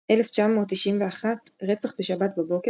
1991 – רצח בשבת בבוקר,